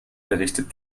berichtet